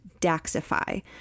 Daxify